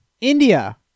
India